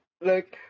look